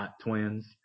Twins